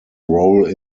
role